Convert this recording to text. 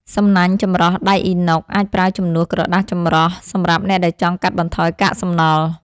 សំណាញ់ចម្រោះដែកអ៊ីណុក អាចប្រើជំនួសក្រដាសចម្រោះសម្រាប់អ្នកដែលចង់កាត់បន្ថយកាកសំណល់។